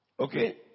Okay